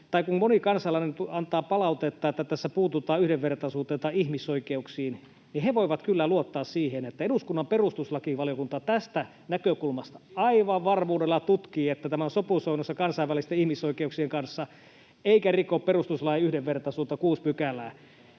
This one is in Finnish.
Tai kun moni kansalainen antaa palautetta, että tässä puututaan yhdenvertaisuuteen tai ihmisoikeuksiin, niin he voivat kyllä luottaa siihen, että eduskunnan perustuslakivaliokunta tästä näkökulmasta aivan varmuudella tutkii, että tämä on sopusoinnussa kansainvälisten ihmisoikeuksien kanssa eikä riko perustuslain 6 §:n yhdenvertaisuutta. Tämähän